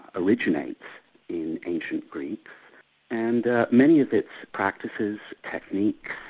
originates in ancient greece and many of its practices, techniques,